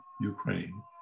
Ukraine